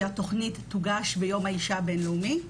שהתוכנית תוגש ביום האישה הבין-לאומי,